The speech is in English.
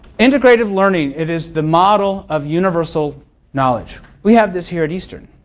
integrative learning. it is the model of universal knowledge. we have this here at eastern.